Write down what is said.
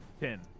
Ten